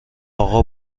اقا